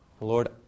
Lord